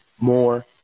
more